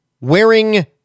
wearing